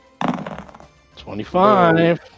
25